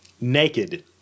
Naked